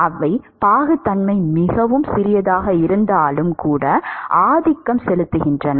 அவை பாகுத்தன்மை மிகவும் சிறியதாக இருந்தாலும் கூட ஆதிக்கம் செலுத்துகின்றன